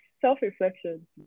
self-reflection